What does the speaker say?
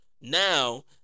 now